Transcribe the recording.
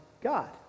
God